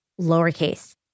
lowercase